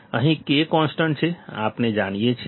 અહીં K constant છે આપણે જાણીએ છીએ